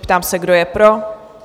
Ptám se, kdo je pro?